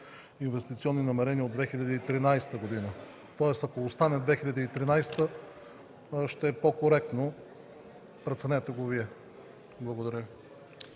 инвестиционни намерения от 2013 г. Тоест ако остане 2013 г., ще е по-коректно. Преценете го Вие. Благодаря.